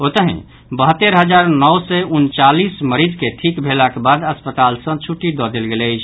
ओतहि बहत्तरि हजार नओ सय उनचालीस मरीज के ठीक भेलाक बाद अस्पताल सँ छुट्टी दऽ देल गेल अछि